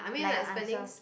like your answer